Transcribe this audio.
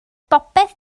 bopeth